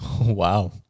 Wow